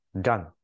done